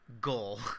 goal